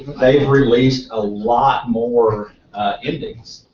they have released a lot more endings